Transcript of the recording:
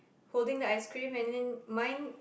holding the ice cream and then mine